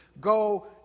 Go